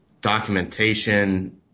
documentation